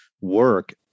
work